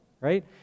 right